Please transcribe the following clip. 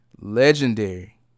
Legendary